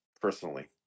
personally